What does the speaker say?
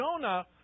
Jonah